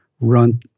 run